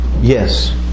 yes